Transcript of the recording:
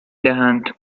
دهند